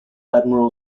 admiral